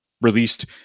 released